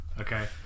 Okay